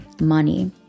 money